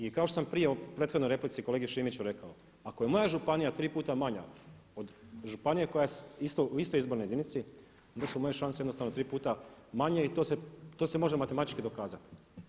I kao što sam prije u prethodnoj replici kolegi Šimiću rekao ako je moja županija tri puta manja od županije koja je u istoj izbornoj jedinici onda su moje šanse jednostavno tri puta manje i to se može matematički dokazati.